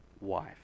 wife